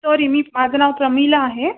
sorry मी माझं नाव प्रमिला आहे